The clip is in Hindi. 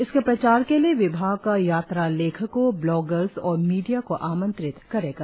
इसके प्रचार के लिए विभाग यात्रा लेखको ब्लॉगर्स और मीडिया को आमंत्रित करेगा